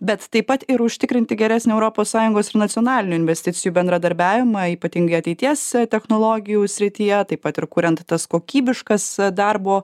bet taip pat ir užtikrinti geresnę europos sąjungos ir nacionalinių investicijų bendradarbiavimą ypatingai ateities technologijų srityje taip pat ir kuriant tas kokybiškas darbo